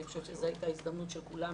ואני חושבת שזו הייתה הזדמנות של כולם,